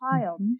child